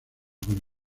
con